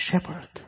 shepherd